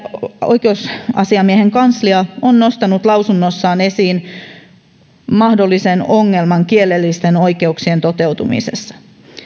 oikeusasiamiehen kanslia on nostanut lausunnossaan esiin mahdollisen ongelman kielellisten oikeuksien toteutumisessa